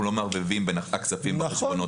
לא מערבבים בין הכספים בחשבונות האלה.